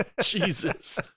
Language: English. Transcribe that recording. Jesus